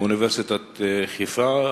מאוניברסיטת חיפה,